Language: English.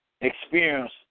experience